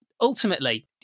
ultimately